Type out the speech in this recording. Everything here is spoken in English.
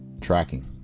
tracking